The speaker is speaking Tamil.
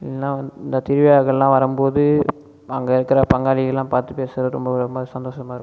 ஏன்னால் அந்த திருவிழாக்குல்லாம் வரும் போது அங்கே இருக்கிற பங்காளிகள்ல்லாம் பார்த்து பேச ரொம்ப ஒரு மாதிரி சந்தோசமாக இருக்கும்